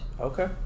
okay